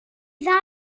ddau